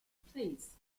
plays